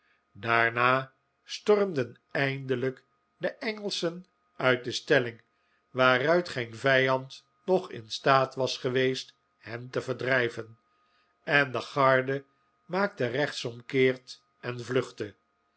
daarna stormden eindelijk de engelschen uit de stelling waaruit geen vijand nog in staat was geweest hen te verdrijven en de garde maakte rechtsomkeer en vluchtte